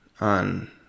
on